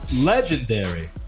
legendary